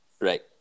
Right